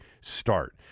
start